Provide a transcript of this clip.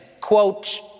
quote